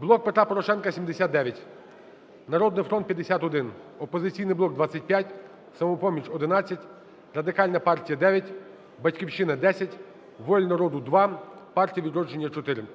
"Блок Петра Порошенка" – 79, "Народний фронт" – 51, "Опозиційний блок" – 25, "Самопоміч" – 11, Радикальна партія – 9, "Батьківщина" – 10, "Воля народу" – 2, "Партія "Відродження"